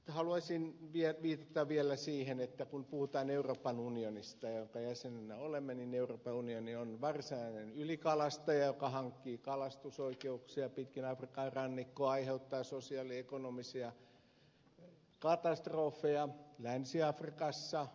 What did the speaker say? haluaisin viitata vielä siihen että kun puhutaan euroopan unionista jonka jäsenenä olemme niin euroopan unioni on varsinainen ylikalastaja joka hankkii kalastusoikeuksia pitkin afrikan rannikkoa aiheuttaa sosiaaliekonomisia katastrofeja länsi afrikassa